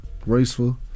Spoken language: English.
graceful